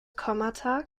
kommata